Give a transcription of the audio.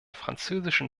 französischen